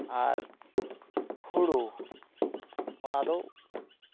ᱟᱨ ᱦᱩᱲᱩ ᱚᱱᱟᱫᱚ